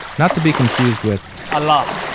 not to be confused with, allah.